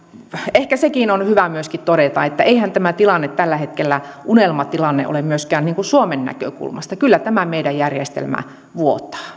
ehkä sekin on hyvä myöskin todeta että eihän tämä tilanne tällä hetkellä unelmatilanne ole myöskään suomen näkökulmasta kyllä tämä meidän järjestelmämme vuotaa